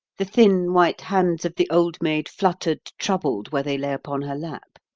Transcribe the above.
the thin, white hands of the old maid fluttered, troubled, where they lay upon her lap.